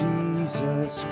Jesus